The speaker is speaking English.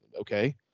Okay